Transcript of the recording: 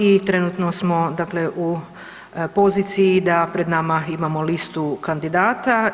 I trenutno smo dakle u poziciji da pred nama imamo listu kandidata.